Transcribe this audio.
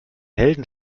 helden